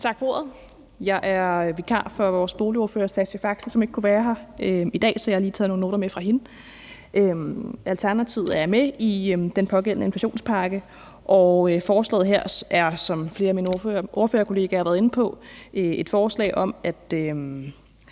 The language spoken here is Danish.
Tak for ordet. Jeg er vikar for vores boligordfører, Sascha Faxe, som ikke kunne være her i dag, så jeg har lige taget nogle noter med fra hende. Alternativet er med i den pågældende inflationspakke, og forslaget her er, som flere af mine ordførerkollegaer har været inde på, et forslag om, at